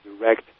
direct